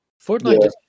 Fortnite